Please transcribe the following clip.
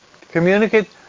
Communicate